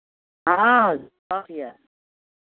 अहाँ आउ सभचीज यए